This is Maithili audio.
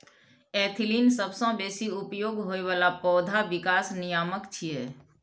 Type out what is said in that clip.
एथिलीन सबसं बेसी उपयोग होइ बला पौधा विकास नियामक छियै